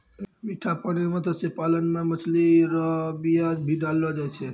मीठा पानी मे मत्स्य पालन मे मछली रो बीया भी डाललो जाय छै